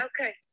Okay